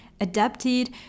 adapted